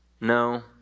No